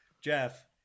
Jeff